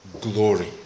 glory